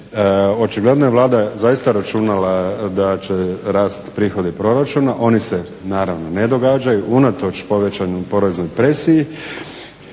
Očigledno je Vlada zaista računala da će rast prihodi proračuna, oni se naravno ne događaju unatoč povećanoj poreznoj presiji